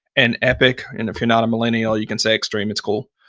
and epic. and if you're not a millennial, you can say extreme. it's cool.